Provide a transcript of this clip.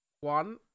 One